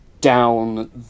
down